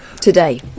today